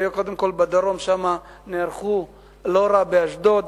היו קודם כול בדרום, שם נערכו לא רע באשדוד,